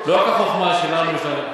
מה אתה, דיברתי על השכר הנמוך.